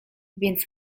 więc